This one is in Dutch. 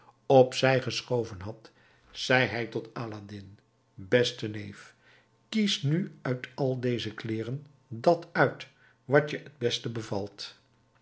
op zij geschoven had zei hij tot aladdin beste neef kies nu uit al deze kleeren dat uit wat je het beste bevalt